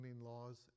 laws